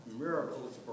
miracles